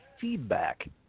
feedback